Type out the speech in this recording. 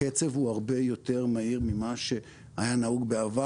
הקצב הוא הרבה יותר מהיר ממה שהיה נהוג בעבר